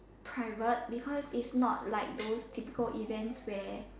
private because it's not like those typical events where